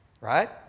right